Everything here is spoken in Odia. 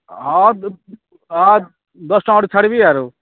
ହଁ ହଁ ଦଶ ଟଙ୍କା ଗୋଟେ ଛାଡ଼ିବି ଆରୁ